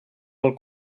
del